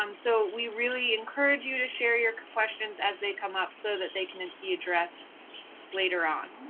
um so we really encourage you to share your questions as they come up so that they can and be addressed later on